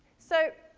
so